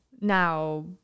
Now